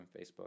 Facebook